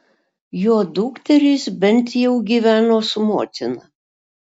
jo dukterys bent jau gyveno su motina